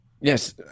Yes